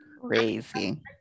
Crazy